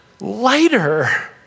lighter